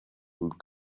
would